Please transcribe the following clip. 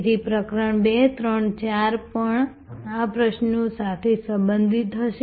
તેથી પ્રકરણ 2 3 અને 4 પણ આ પ્રશ્નો સાથે સંબંધિત હશે